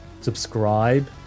subscribe